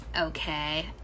Okay